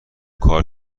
کار